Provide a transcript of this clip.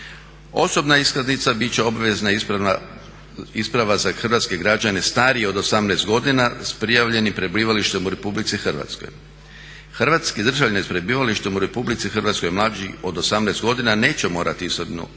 Osobna iskaznica bit će obvezna isprava za hrvatske građane starije od 18 godina s prijavljenim prebivalištem u RH. hrvatski državljanin s prebivalištem u RH mlađi od 18 godina neće morati imati